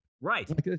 Right